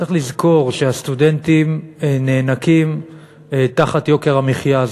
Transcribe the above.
צריך לזכור שהסטודנטים נאנקים תחת יוקר המחיה.